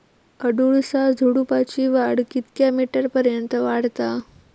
अडुळसा झुडूपाची वाढ कितक्या मीटर पर्यंत वाढता?